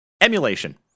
emulation